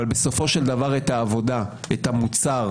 אבל בסופו של דבר את העבודה, את המוצר,